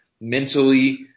mentally